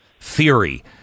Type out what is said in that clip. theory